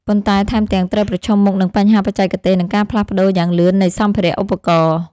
ប៉ុន្តែថែមទាំងត្រូវប្រឈមមុខនឹងបញ្ហាបច្ចេកទេស និងការផ្លាស់ប្តូរយ៉ាងលឿននៃសម្ភារៈឧបករណ៍។